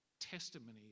testimony